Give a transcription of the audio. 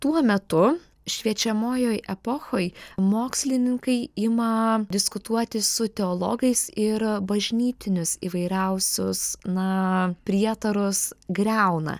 tuo metu šviečiamojoj epochoj mokslininkai ima diskutuoti su teologais ir bažnytinius įvairiausius na prietarus griauna